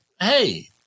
hey